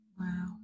Wow